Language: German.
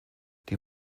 die